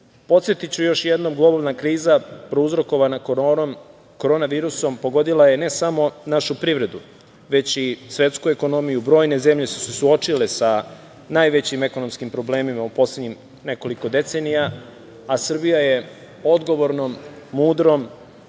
Srbije. Podsetiću još jednom, globalna kriza prouzrokovana korona virusom pogodila je ne samo našu privredu, već i svetsku ekonomiju. Brojne zemlje su se suočile sa najvećim ekonomskim problemima u poslednjih nekoliko decenija, a Srbija je odgovornom, mudrom,